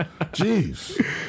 Jeez